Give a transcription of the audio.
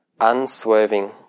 Unswerving